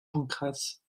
pancrace